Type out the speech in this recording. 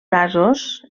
casos